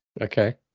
Okay